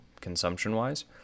consumption-wise